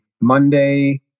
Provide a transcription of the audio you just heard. Monday